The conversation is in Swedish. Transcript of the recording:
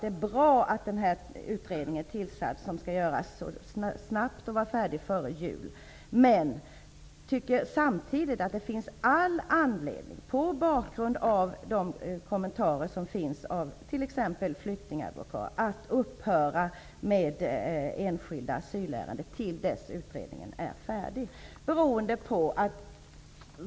Det är bra att en utredning har tillsatts, en utredning som skall arbeta snabbt och vara färdig före jul, men mot bakgrund av kommentarer från t.ex. flyktingadvokater finns det samtidigt all anledning att upphöra med att avgöra enskilda asylärenden till dess utredningen är färdig.